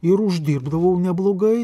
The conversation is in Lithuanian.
ir uždirbdavau neblogai